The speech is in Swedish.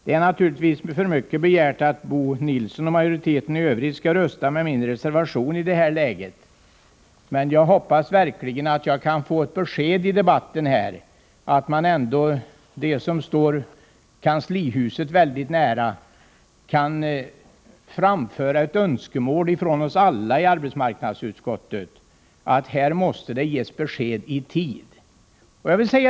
Det är naturligtvis för mycket begärt att Bo Nilsson och utskottsmajoriteten i övrigt skall rösta för min reservation i det här läget. Jag hoppas verkligen att jag dock kan få ett besked i den här debatten om huruvida de som står kanslihuset väldigt nära kan framföra ett önskemål från oss alla i arbetsmarknadsutskottet att det måste ges besked i tid.